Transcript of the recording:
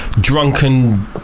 drunken